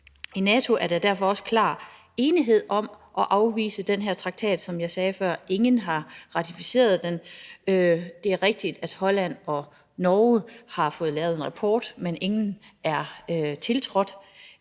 I NATO er der derfor også klar enighed om at afvise den her traktat; som jeg sagde før, har ingen ratificeret den. Det er rigtigt, at Holland og Norge har fået lavet en rapport, men ingen af de